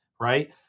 right